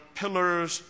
pillars